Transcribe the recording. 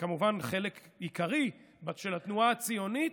וכמובן חלק עיקרי של התנועה הציונית,